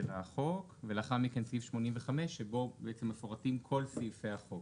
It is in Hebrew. החוק ולאחר מכן סעיף 85 שבו בעצם מפורטים כל סעיפי החוק,